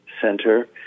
center